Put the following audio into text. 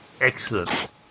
Excellent